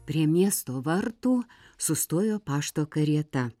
prie miesto vartų sustojo pašto karieta